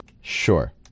Sure